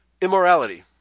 immorality